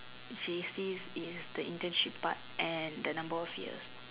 J_C is the internship part and the number of years